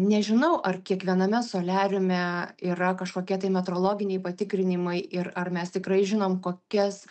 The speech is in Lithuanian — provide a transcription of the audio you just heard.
nežinau ar kiekviename soliariume yra kažkokie tai metrologiniai patikrinimai ir ar mes tikrai žinom kokias